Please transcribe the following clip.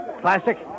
Classic